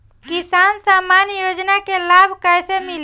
किसान सम्मान योजना के लाभ कैसे मिली?